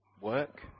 work